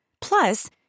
Plus